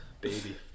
Baby